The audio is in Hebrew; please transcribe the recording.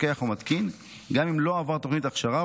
מפקח או מתקין גם אם לא עבר תוכנית הכשרה,